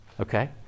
Okay